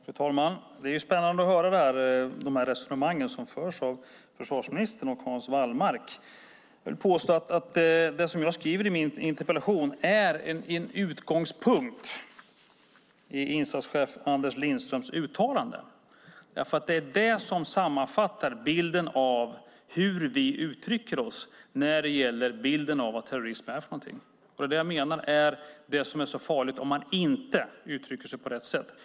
Fru talman! Det är spännande att höra de resonemang som förs av försvarsministern och Hans Wallmark. Jag vill påstå att det som jag skriver i min interpellation har en utgångspunkt i insatschef Anders Lindströms uttalande, för det är det som sammanfattar hur vi uttrycker oss när det gäller bilden av vad terrorism är. Jag menar att det som är så farligt är om man inte uttrycker sig på rätt sätt.